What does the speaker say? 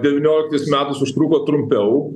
devynioliktais metais užtruko trumpiau